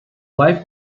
wife